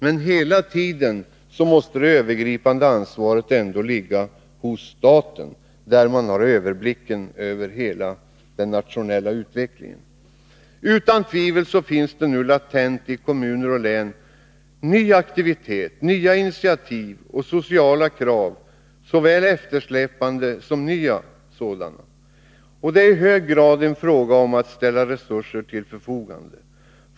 Men hela tiden måste det övergripande ansvaret ändå ligga hos staten, där man har överblicken över hela den nationella utvecklingen. Utan tvivel finns det latent i kommuner och län ny aktivitet, nya initiativ och sociala krav — såväl eftersläpande som nya sådana. Det är i hög grad en fråga om att ställa resurser till förfogande.